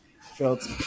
felt